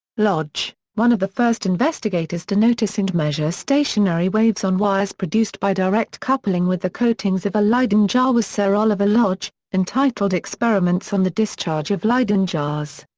lodge one of the first investigators to notice and measure stationary waves on wires produced by direct coupling with the coatings of a leyden jar was sir oliver lodge, entitled experiments on the discharge of leyden jars.